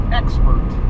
expert